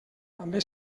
també